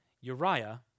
Uriah